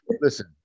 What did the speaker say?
Listen